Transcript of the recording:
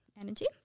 energy